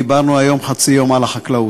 דיברנו היום חצי יום על החקלאות.